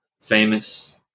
famous